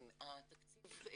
התקציב כולו,